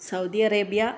Saudi Arabia